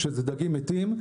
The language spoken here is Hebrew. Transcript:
שזה דגים מתים,